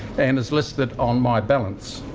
and is listed on my ballance.